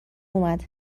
اومد